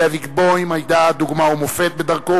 זאביק בוים היה דוגמה ומופת בדרכו